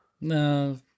No